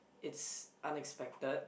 it's unexpected